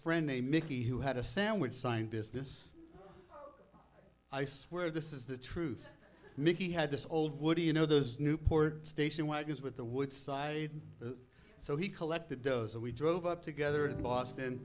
friend a mickey who had a sandwich sign business i swear this is the truth mickey had this old what do you know those newport station wagons with the wood so he collected those and we drove up together in boston